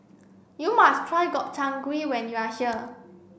you must try Gobchang Gui when you are here